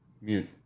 Mute